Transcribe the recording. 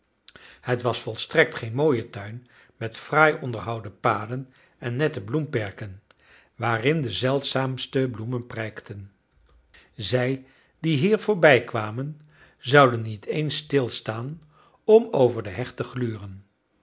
het was volstrekt geen mooie tuin met fraai onderhouden paden en nette bloemperken waarin de zeldzaamste bloemen prijkten zij die hier voorbijkwamen zouden niet eens stilstaan om over de heg te gluren